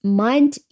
mind